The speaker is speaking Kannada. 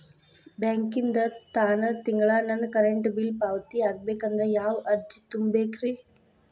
ಬ್ಯಾಂಕಿಂದ ತಾನ ತಿಂಗಳಾ ನನ್ನ ಕರೆಂಟ್ ಬಿಲ್ ಪಾವತಿ ಆಗ್ಬೇಕಂದ್ರ ಯಾವ ಅರ್ಜಿ ತುಂಬೇಕ್ರಿ?